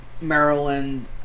Maryland